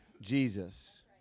Jesus